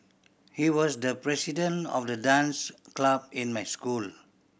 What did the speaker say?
he was the president of the dance club in my school